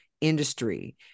industry